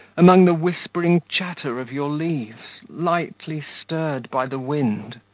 among the whispering chatter of your leaves, lightly stirred by the wind.